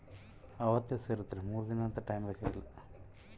ನಾವು ಬ್ಯಾಂಕಿನಾಗ ನೇರವಾಗಿ ರೊಕ್ಕ ಇಟ್ರ ಅದಾಗಿ ಮೂರು ದಿನುದ್ ಓಳಾಗ ರೊಕ್ಕ ಅಕೌಂಟಿಗೆ ಸೇರ್ತತೆ